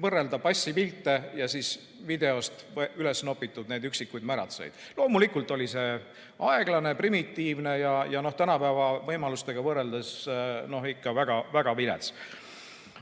võrrelda passipilte ja videost ülesnopitud üksikuid märatsejaid. Loomulikult oli see aeglane, primitiivne ja tänapäeva võimalustega võrreldes ikka väga-väga vilets.